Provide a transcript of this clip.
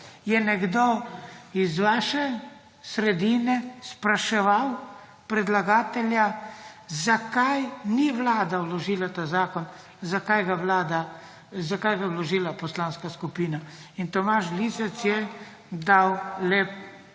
je nekdo iz vaše sredine spraševal predlagatelja, zakaj ni Vlada vložila ta zakon, zakaj ga je vložila poslanska skupina in Tomaž Lisec je dal lep